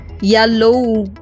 yellow